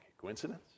Coincidence